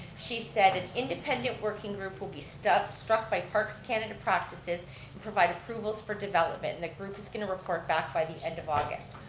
she said an independent working group will be struck by parks canada practices and provide approvals for development, and the group is going to report back by the end of august.